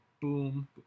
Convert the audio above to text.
boom